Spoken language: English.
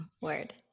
word